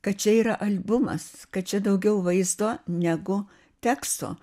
kad čia yra albumas kad čia daugiau vaizdo negu teksto